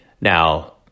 Now